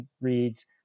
reads